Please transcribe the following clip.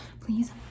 please